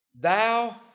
Thou